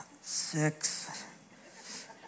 Six